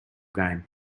game